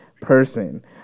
Person